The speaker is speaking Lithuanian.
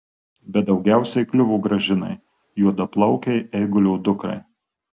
bet daugiausiai kliuvo gražinai juodaplaukei eigulio dukrai